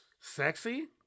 Sexy